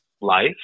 life